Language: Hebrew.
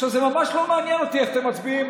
עכשיו זה ממש לא מעניין אותי איך אתם מצביעים,